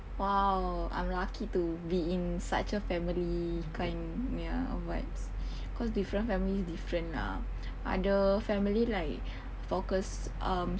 !wow! I'm lucky to be in such a family kind punya vibes cause different family different ah ada family like focus um